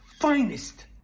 finest